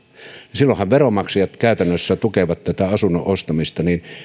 silloinhan veronmaksajat käytännössä tukevat asunnon ostamista